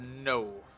no